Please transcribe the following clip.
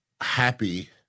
happy